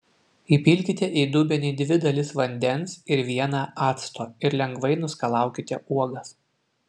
įpilkite į dubenį dvi dalis vandens ir vieną acto ir lengvai nuskalaukite uogas